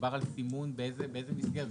מדובר על סימון באיזו מסגרת?